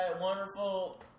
wonderful